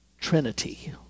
Trinity